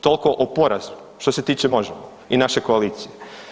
Tolko o porazu što se tiče Možemo i naše koalicije.